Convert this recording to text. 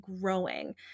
growing